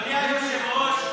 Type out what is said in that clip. אדוני היושב-ראש.